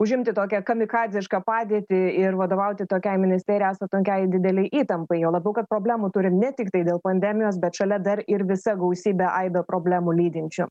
užimti tokią kamikadzišką padėtį ir vadovauti tokiai ministerijai esant tokiai didelei įtampai juo labiau kad problemų turim ne tiktai dėl pandemijos bet šalia dar ir visa gausybė aibė problemų lydinčių